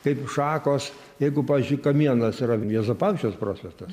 kaip šakos jeigu pavyzdžiui kamienas yra juozapavičiaus prospektas